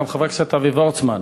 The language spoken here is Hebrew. גם חבר הכנסת אבי וורצמן,